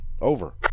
Over